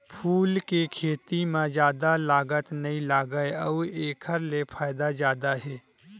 फूल के खेती म जादा लागत नइ लागय अउ एखर ले फायदा जादा हे